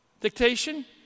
Dictation